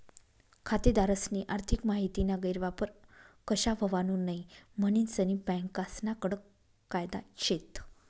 खातेदारस्नी आर्थिक माहितीना गैरवापर कशा व्हवावू नै म्हनीन सनी बँकास्ना कडक कायदा शेत